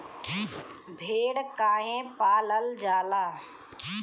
भेड़ काहे पालल जाला?